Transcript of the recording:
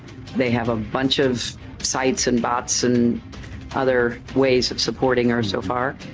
they have a bunch of sites and bots and other ways of supporting her so far.